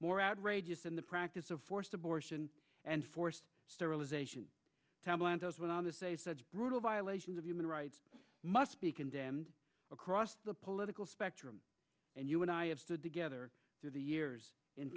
more outrageous than the practice of forced abortion and forced sterilization tom lantos went on to say such brutal violations of human rights must be condemned across the political spectrum and you and i have stood together through the years